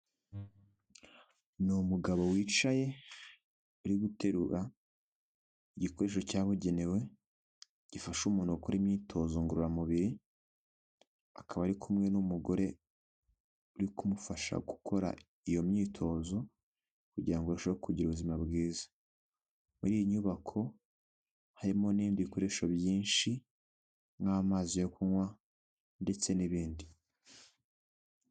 Ni umugabo wicaye uri guterura igikoresho cyabugenewe gifasha umuntu gukora imyitozo ngororamubiri, akaba ari kumwe n'umugore uri kumufasha gukora iyo myitozo kugira ngo arusheho kugira ubuzima bwiza. Muri iyi nyubako harimo n'ibindi bikoresho byinshi nk'amazi yo kunywa ndetse n'ibindi.